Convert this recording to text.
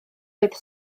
oedd